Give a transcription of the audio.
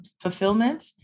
fulfillment